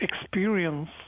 experience